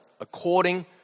According